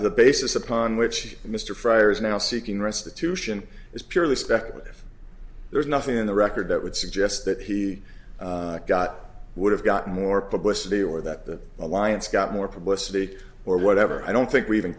the basis upon which mr fryar is now seeking restitution is purely speculative there's nothing in the record that would suggest that he got would have gotten more publicity or that the alliance got more publicity or whatever i don't think we even